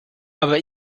aber